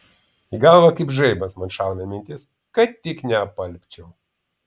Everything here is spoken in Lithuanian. į galvą kaip žaibas man šauna mintis kad tik neapalpčiau